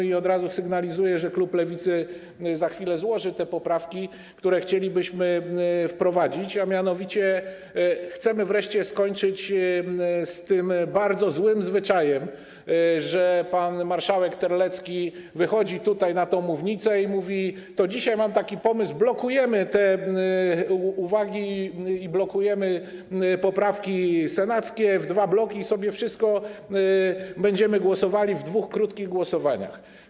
I od razu sygnalizuję, że klub Lewicy za chwilę złoży te poprawki, które chcielibyśmy wprowadzić, a mianowicie chcemy wreszcie skończyć z tym bardzo złym zwyczajem, że pan marszałek Terlecki wychodzi tutaj, na tę mównicę, i mówi: To dzisiaj mam taki pomysł, blokujemy te uwagi i blokujemy poprawki senackie w dwa bloki, i sobie wszystko będziemy głosowali w dwóch krótkich głosowaniach.